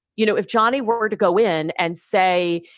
you know, if johnnie were to go in and say,